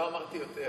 לא אמרתי יותר.